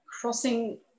crossing